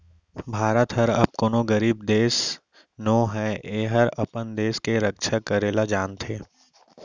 भारत हर अब कोनों गरीब देस नो हय एहर अपन देस के रक्छा करे ल जानथे